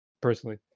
personally